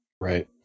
Right